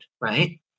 right